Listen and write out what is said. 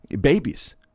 babies